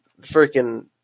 freaking